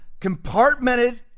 compartmented